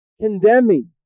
condemning